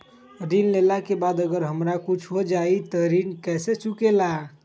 ऋण लेला के बाद अगर हमरा कुछ हो जाइ त ऋण कैसे चुकेला?